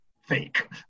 fake